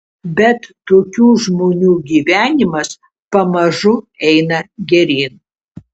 bet tokių žmonių gyvenimas pamažu eina geryn